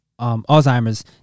Alzheimer's